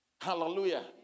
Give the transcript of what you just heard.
Hallelujah